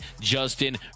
Justin